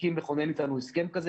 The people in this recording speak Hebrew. הסכים לכונן איתנו הסכם כזה.